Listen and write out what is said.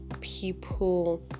people